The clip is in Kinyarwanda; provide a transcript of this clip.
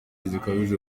zikabije